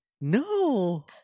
no